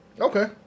Okay